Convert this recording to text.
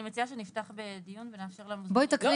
אני מציעה שנפתח בדיון ונאפשר למוזמנים -- לא,